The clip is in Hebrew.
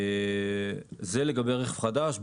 זה לגבי רכב חדש.